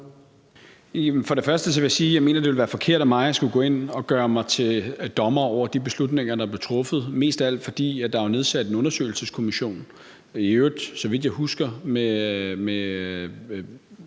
Først vil jeg sige, at jeg mener, det ville være forkert af mig at skulle gå ind og gøre mig til dommer over de beslutninger, der blev truffet, mest af alt fordi der jo er nedsat en undersøgelseskommission, der, så vidt jeg husker, i